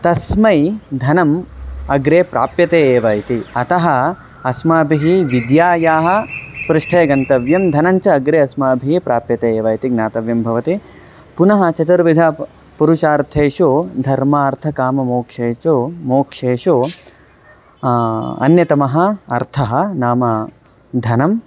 तस्मै धनम् अग्रे प्राप्यते एव इति अतः अस्माभिः विद्यायाः पृष्ठे गन्तव्यं धनञ्च अग्रे अस्माभिः प्राप्यते एव इति ज्ञातव्यं भवति पुनः चतुर्विधेषु प पुरुषार्थेषु धर्मार्थकाममोक्षेषु मोक्षेषु अन्यतमः अर्थः नाम धनम्